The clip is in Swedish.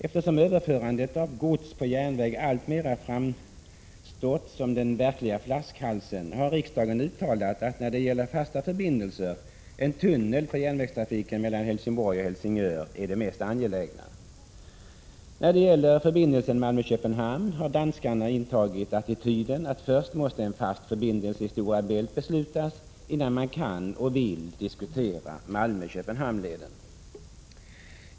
Eftersom överförandet av gods på järnväg alltmera framstått som den verkliga flaskhalsen, har riksdagen uttalat att när det gäller fasta förbindelser är en tunnel för järnvägstrafiken mellan Helsingborg och Helsingör det mest angelägna. När det gäller förbindelsen Malmö-Köpenhamn har danskarna intagit attityden att först måste en fast förbindelse i Stora Bält beslutas innan man kan och vill diskutera Malmö Köpenhamn-leden.